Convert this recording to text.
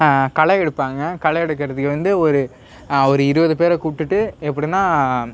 களை எடுப்பாங்க களை எடுக்கிறதுக்கு வந்து ஒரு ஒரு இருபது பேரை கூட்டுகிட்டு எப்படின்னா